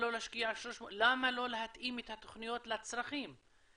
למה לא להתאים את התוכניות לצרכים?